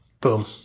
boom